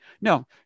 no